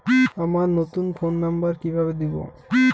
আমার নতুন phone number কিভাবে দিবো?